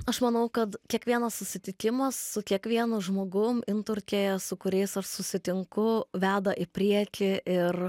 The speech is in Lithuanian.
aš manau kad kiekvienas susitikimas su kiekvienu žmogum inturkėje su kuriais aš susitinku veda į priekį ir